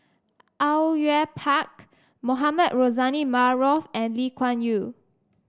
Au Yue Pak Mohamed Rozani Maarof and Lee Kuan Yew